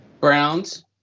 Browns